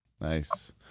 nice